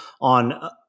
on